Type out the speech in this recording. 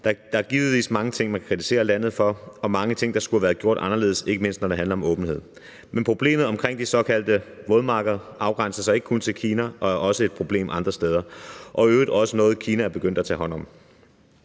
Der er givetvis mange ting, man kan kritisere landet for, og mange ting, der skulle have været gjort anderledes, ikke mindst når det handler om åbenhed, men problemet omkring de såkaldte vådmarkeder begrænser sig ikke kun til Kina, det er også et problem andre steder, og det er i øvrigt også noget, som Kina er begyndt at tage hånd om.